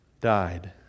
died